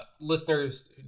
listeners